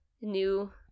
new